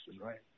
right